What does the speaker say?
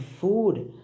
food